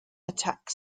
attack